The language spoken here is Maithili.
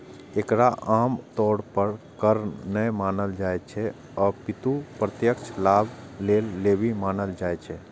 एकरा आम तौर पर कर नै मानल जाइ छै, अपितु प्रत्यक्ष लाभक लेल लेवी मानल जाइ छै